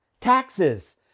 Taxes